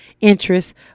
interest